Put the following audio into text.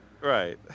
Right